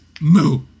moo